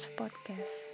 podcast